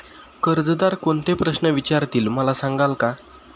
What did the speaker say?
कर्जदार कोणते प्रश्न विचारतील, मला सांगाल का?